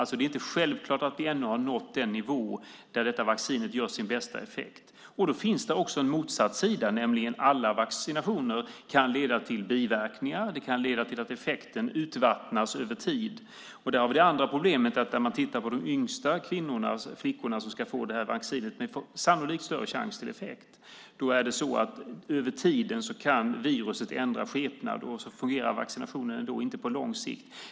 Det är alltså inte självklart att vi ännu har nått den nivå där detta vaccin har sin bästa effekt. Det finns också en motsatt sida, nämligen att alla vaccinationer kan leda till biverkningar. Vaccinets effekt kan urvattnas över tid. Över tid kan viruset ändra skepnad, och då fungerar vaccinationen ändå inte på lång sikt. Det är det andra problemet med att ge de yngsta kvinnorna - flickorna - vaccinet med sannolikt större chans till effekt.